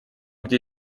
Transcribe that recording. где